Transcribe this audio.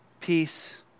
peace